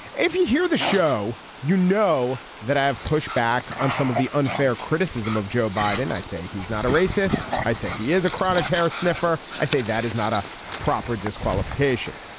if you hear the show you know that i have pushed back on some of the unfair criticism of joe biden. i say he's not a racist. i say he is a chronic carrier sniffer. i say that is not a proper disqualification.